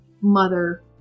mother